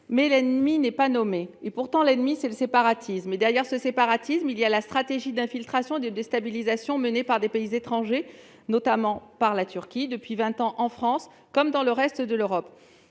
mais l'ennemi n'est pas nommé. Cet ennemi, c'est le séparatisme et la stratégie d'infiltration et de déstabilisation menée par des pays étrangers, notamment par la Turquie, depuis vingt ans, en France comme dans le reste de l'Europe.